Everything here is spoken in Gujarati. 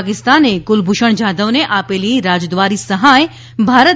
પાકિસ્તાને કુલભૂષણ જાધવને આપેલી રાજદ્વારી સહાય ભારતે